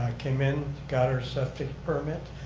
came in, got her septic permit,